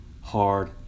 hard